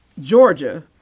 Georgia